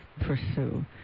pursue